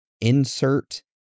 insert